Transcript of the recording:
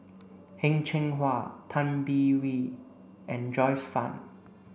Heng Cheng Hwa Tay Bin Wee and Joyce Fan